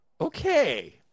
okay